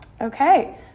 Okay